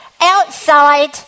outside